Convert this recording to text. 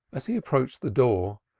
as he approached the door,